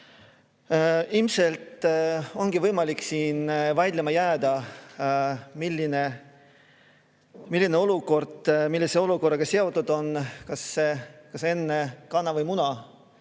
Ilmselt ongi võimalik siin vaidlema jääda, milline olukord millise olukorraga seotud on, kas enne oli kana või muna.